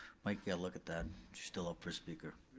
mike, yeah, look at that, she's still up for a speaker.